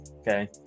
Okay